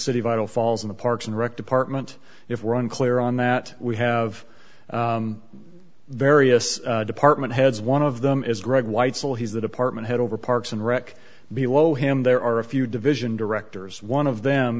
city vital falls in the parks and rec department if we're unclear on that we have various department heads one of them is greg weitzel he's the department head over parks and rec below him there are a few division directors one of them